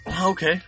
Okay